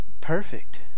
perfect